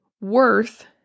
worth